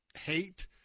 hate